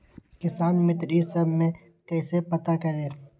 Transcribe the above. किसान मित्र ई सब मे कईसे पता करी?